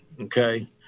Okay